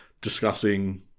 discussing